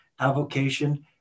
avocation